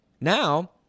now